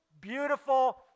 beautiful